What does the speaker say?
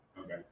Okay